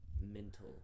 mental